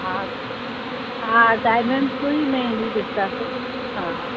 हा हा डायमंड्स में बि ॾिसंदासीं हा